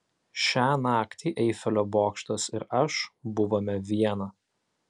šią naktį eifelio bokštas ir aš buvome viena